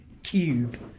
cube